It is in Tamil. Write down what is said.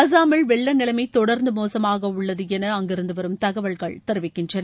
அசாமில் வெள்ள நிலைமை தொடர்ந்து மோசமாக உள்ளது என அங்கிருந்து வரும் தகவல்கள் தெரிவிக்கின்றன